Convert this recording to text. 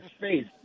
face